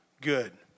good